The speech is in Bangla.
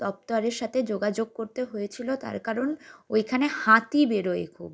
দপ্তরের সাতে যোগাযোগ করতে হয়েছিলো তার কারণ ওইখানে হাতি বেরোয় খুব